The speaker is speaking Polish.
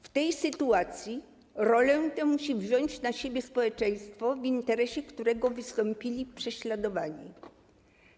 W tej sytuacji rolę tę musi wziąć na siebie społeczeństwo, w interesie którego wystąpili prześladowani.